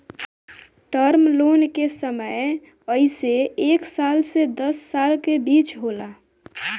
term loan के समय अइसे एक साल से दस साल के बीच होला